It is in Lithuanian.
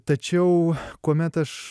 tačiau kuomet aš